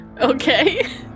Okay